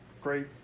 great